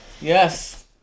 Yes